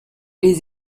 les